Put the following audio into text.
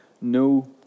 No